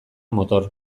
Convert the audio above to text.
motor